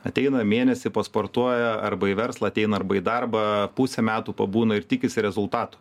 ateina mėnesį pasportuoja arba į verslą ateina arba į darbą pusę metų pabūna ir tikisi rezultatų